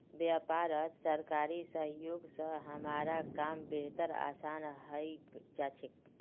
व्यापारत सरकारी सहयोग स हमारा काम बेहद आसान हइ जा छेक